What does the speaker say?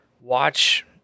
watch